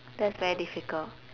that's very difficult